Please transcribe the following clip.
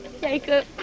jacob